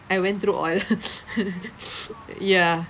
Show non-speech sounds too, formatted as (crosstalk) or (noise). I went through all (laughs) ya